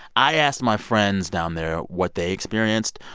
i asked my friends down there what they experienced.